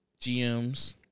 GMs